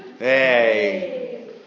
Hey